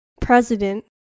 President